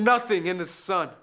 nothing in the sun